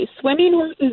Swimming